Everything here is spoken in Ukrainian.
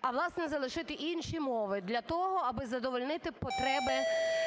А, власне, залишити інші мови для того, аби задовольнити потреби